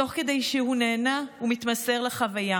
תוך כדי שהוא נהנה ומתמסר לחוויה